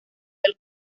del